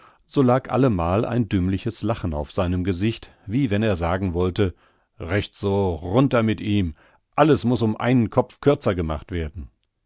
so lag allemal ein dümmliches lachen auf seinem gesicht wie wenn er sagen wollte recht so runter mit ihm alles muß um einen kopf kürzer gemacht werden